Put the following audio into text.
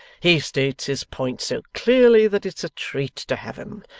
he states his points so clearly that it's a treat to have em!